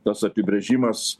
tas apibrėžimas